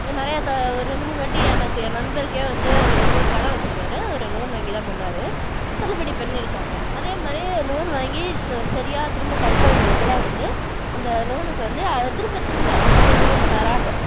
நிறைய ஒரு ரெண்டு மூணு வாட்டி எனக்கு என் நண்பருக்கே வந்து அவர் வந்து ஒரு கடை வச்சுருக்காரு அவர் லோன் வாங்கி தான் பண்ணிணாரு தள்ளுபடி பண்ணியிருக்காங்க அதே மாதிரி லோன் வாங்கி சரியாக திரும்ப கட்டுறவங்களுக்குலாம் வந்து அந்த லோனுக்கு வந்து அதை திரும்ப திரும்ப வந்து லோனு தராங்க